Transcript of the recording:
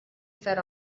fed